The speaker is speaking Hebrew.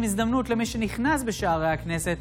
חבר הכנסת